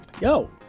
yo